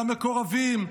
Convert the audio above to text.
למקורבים,